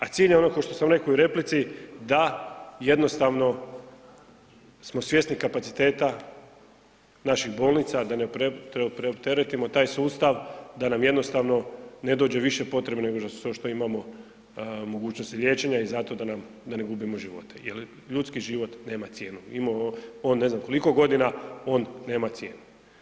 A cilj je ono kao što sam rekao u replici da jednostavno smo svjesni kapaciteta naših bolnica, da ne preopteretimo taj sustava, da nam jednostavno ne dođe više potrebe nego što imamo mogućnosti liječenja i zato da ne gubimo živote jel ljudski život nema cijenu, imao on ne znam koliko godina, on nema cijenu.